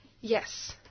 Yes